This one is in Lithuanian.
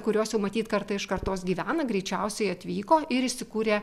kurios jau matyt karta iš kartos gyvena greičiausiai atvyko ir įsikūrė